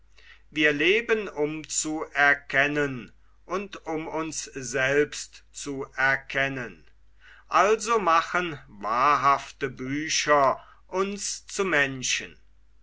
wir leben um zu erkennen und um uns selbst zu erkennen also machen wahrhafte bücher uns zu menschen